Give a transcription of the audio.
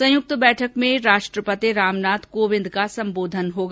संयुक्त बैठक में राष्ट्रपति रामनाथ कोविंद का संबोधन होगा